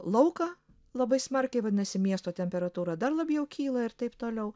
lauką labai smarkiai vadinasi miesto temperatūra dar labiau kyla ir taip toliau